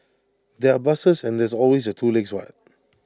there are buses and there's always your two legs what